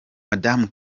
madamu